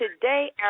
today